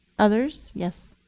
others? yes.